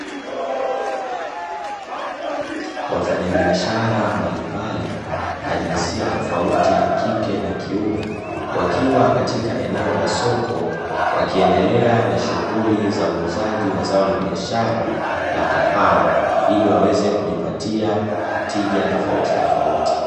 Wafanyabiashara mbalimbali wa jinsia tofauti ya kike na kiume, wakiwa katika eneo la soko wakiendelea na shughuli za uuzaji wa zao la biashara la kahawa, ili waweze kujipatia tija tofauti tofauti.